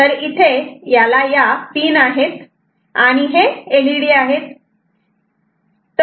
तर इथे या पिन आहेत आणि हे एलईडी आहेत